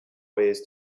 ways